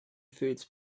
foods